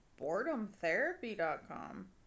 BoredomTherapy.com